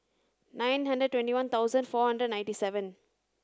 nine hundred twenty one thousand four hundred ninety seven